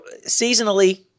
seasonally